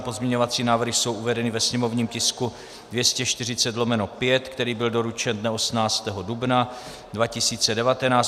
Pozměňovací návrhy jsou uvedeny ve sněmovním tisku 240/5, který byl doručen dne 18. dubna 2019.